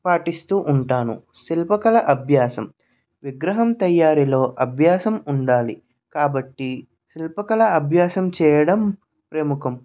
పాటిస్తు ఉంటాను శిల్పకళ అభ్యాసం విగ్రహం తయారీలో అభ్యాసం ఉండాలి కాబట్టి శిల్పకళ అభ్యాసం చేయడం ప్రముఖం